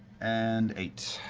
and eight.